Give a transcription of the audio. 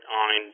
on